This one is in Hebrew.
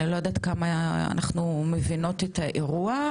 אני לא יודעת כמה אנחנו מבינות את האירוע.